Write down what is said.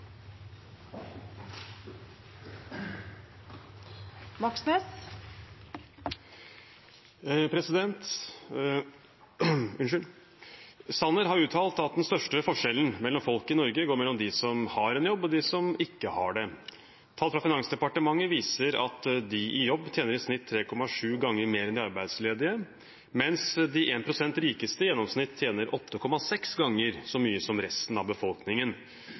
Sanner har uttalt at den største forskjellen mellom folk i Norge går mellom de som har en jobb og de som ikke har det. Tall fra Finansdepartementet viser at de i jobb tjener i snitt 3,7 ganger mer enn de arbeidsledige, mens de 1 prosent rikeste i gjennomsnitt tjener 8,6 ganger så mye som resten av befolkningen.